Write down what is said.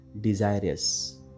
desirous